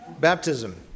baptism